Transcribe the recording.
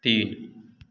तीन